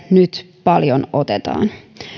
nyt paljon otetaan